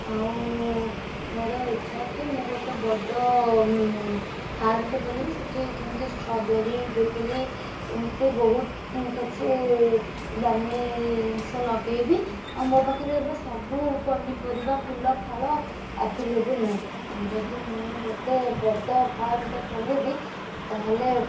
ଆଉ ମୋର ଇଚ୍ଛା କି ମୁଁ ଗୋଟେ ବଡ଼ ଫାର୍ମଟେ ଖୋଲିବି ସେଠି ଯେମିତି ଷ୍ଟ୍ରବେରୀ ବ୍ରୋକୋଲି ଏମତି ବହୁତ କିଛି ଦାମୀ ଜିନଷ ଲଗାଇବି ଆଉ ମୋ ପାଖରେ ଏବେ ସବୁ ପନିପରିବା ଫୁଲ ଫଳ ଆଭେଲେବଲ୍ ନାହିଁ ଯଦି ମୁଁ ଗୋଟେ ବଡ଼ ଫାର୍ମଟେ ଖୋଲିବି ତା'ହେଲେ